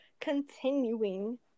continuing